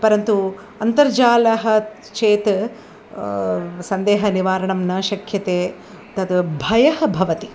परन्तु अन्तर्जालः चेत् सन्देहः निवारणं न शक्यते तद् भयः भवति